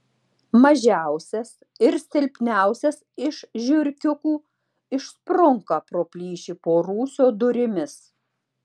mažiausias ir silpniausias iš žiurkiukų išsprunka pro plyšį po rūsio durimis